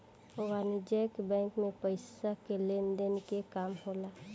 वाणिज्यक बैंक मे पइसा के लेन देन के काम होला